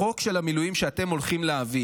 החוק של המילואים שאתם הולכים להביא